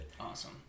Awesome